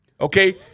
okay